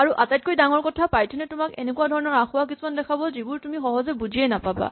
আৰু আটাইতকৈ ডাঙৰ কথা পাইথন এ তোমাক এনেকুৱা ধৰণৰ আসোঁৱাহ কিছুমান দেখুৱাব যে তুমি সহজে বুজিয়েই নাপাবা